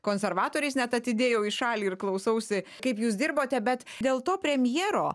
konservatoriais net atidėjau į šalį ir klausausi kaip jūs dirbote bet dėl to premjero